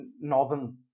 northern